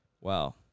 Wow